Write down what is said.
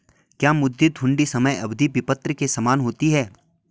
क्या मुद्दती हुंडी समय अवधि विपत्र के समान होती है?